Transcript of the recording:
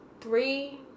Three